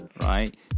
right